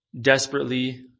desperately